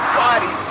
body